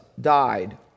died